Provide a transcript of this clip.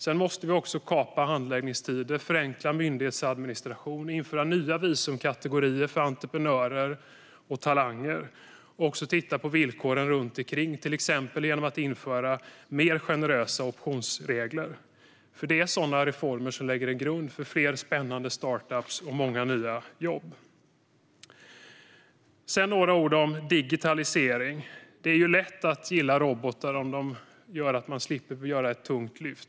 Vi måste också kapa handläggningstider, förenkla myndighetsadministration, införa nya visumkategorier för entreprenörer och talanger och titta på villkoren runt ikring. Det handlar till exempel om att införa mer generösa optionsregler. Det är sådana reformer som lägger en grund för fler spännande startups och många nya jobb. Sedan ska jag säga några ord om digitalisering. Det är lätt att gilla robotar om de gör att man slipper göra ett tungt lyft.